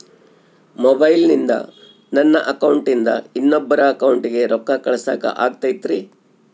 ಮೊಬೈಲಿಂದ ನನ್ನ ಅಕೌಂಟಿಂದ ಇನ್ನೊಬ್ಬರ ಅಕೌಂಟಿಗೆ ರೊಕ್ಕ ಕಳಸಾಕ ಆಗ್ತೈತ್ರಿ?